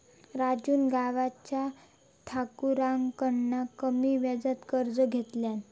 राजून गावच्या ठाकुराकडना कमी व्याजात कर्ज घेतल्यान